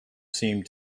seemed